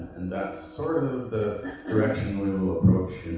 and that's sort of the direction we will approach